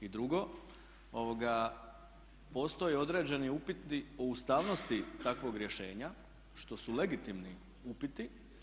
I drugo, postoje određeni upiti o ustavnosti takvog rješenja što su legitimni upiti.